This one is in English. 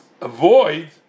avoid